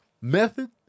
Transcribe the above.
method